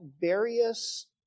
various